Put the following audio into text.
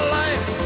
life